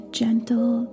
gentle